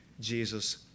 Jesus